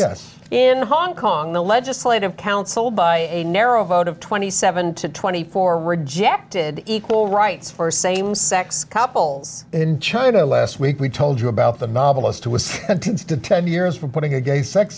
yes in hong kong the legislative council by a narrow vote of twenty seven to twenty four rejected equal rights for same sex couples in china last week we told you about the novelist who was sentenced to ten years for putting a gay sex